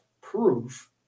proof